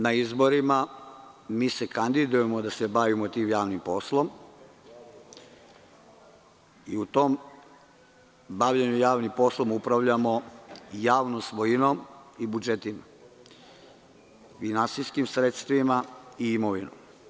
Na izborima se kandidujemo da se bavimo tim javnim poslom i u tom bavljenju javnim poslom upravljamo javnom svojinom i budžetima, finansijskim sredstvima i imovinom.